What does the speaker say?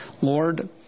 Lord